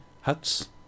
huts